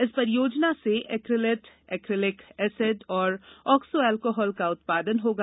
इस परियोजना से एक्रिलेट एक्रिलिक एसिड और ऑक्सो अल्कोहल का उत्पादन होगा